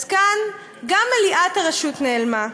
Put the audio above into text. אז כאן גם מליאת הרשות נעלמה.